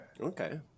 Okay